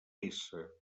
peça